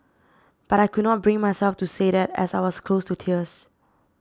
but I could not bring myself to say that as I was close to tears